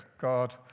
God